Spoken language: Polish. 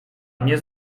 mnie